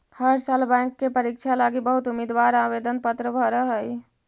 हर साल बैंक के परीक्षा लागी बहुत उम्मीदवार आवेदन पत्र भर हई